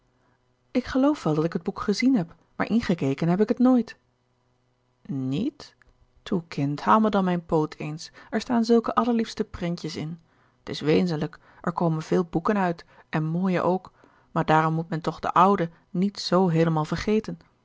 ik geloof wel dat ik het boek gezien heb maar ingekeken heb ik het nooit niet toe kind haal me dan mijn poot eens er staan zulke allerliefste prentjes in t is wezenlijk er komen veel boeken uit en mooie ook maar daarom moet men toch de oude niet zoo heelemaal vergeten